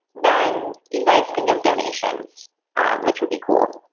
then you guys can give donations which would be cool.